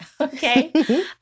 Okay